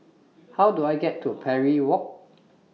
How Do I get to Parry Walk